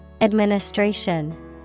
Administration